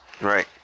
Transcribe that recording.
Right